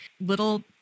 little